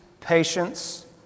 patience